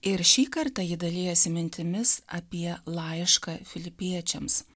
ir šį kartą ji dalijasi mintimis apie laišką filipiečiams